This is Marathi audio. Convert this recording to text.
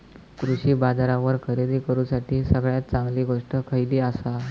कृषी बाजारावर खरेदी करूसाठी सगळ्यात चांगली गोष्ट खैयली आसा?